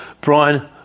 Brian